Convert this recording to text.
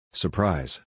Surprise